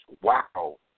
Wow